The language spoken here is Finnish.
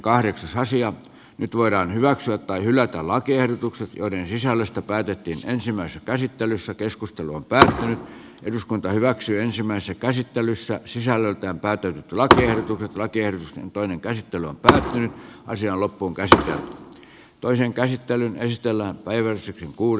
nyt voidaan hyväksyä tai hylätä lakiehdotukset joiden sisällöstä päätettiin ensimmäisessä käsittelyssä keskustelun pään eduskunta hyväksyi ensimmäisen käsittelyssä sisällöltään päätyy tulot kertyvät lakers ja toinen käsittely on tosi asia loppukesä ja toisen käsittelyn estellä päivä se kuoli